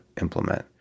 implement